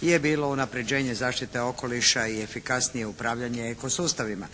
je bilo unapređenje zaštite okoliša i efikasnije upravljanje eko sustavima.